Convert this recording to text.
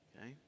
Okay